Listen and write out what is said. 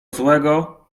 złego